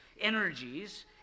energies